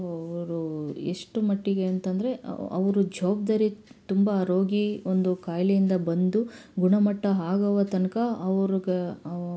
ಅವರು ಎಷ್ಟು ಮಟ್ಟಿಗೆ ಅಂತಂದರೆ ಅವರು ಜವಾಬ್ದಾರಿ ತುಂಬ ರೋಗಿ ಒಂದು ಖಾಯಿಲೆಯಿಂದ ಬಂದು ಗುಣಮಟ್ಟ ಆಗುವ ತನಕ ಅವ್ರ್ಗೆ